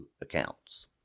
accounts